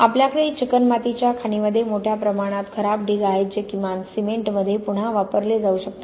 आपल्याकडे चिकणमातीच्या खाणींमध्ये मोठ्या प्रमाणात खराब ढीग आहेत जे किमान सिमेंटमध्ये पुन्हा वापरले जाऊ शकतात